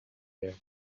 there